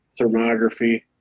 thermography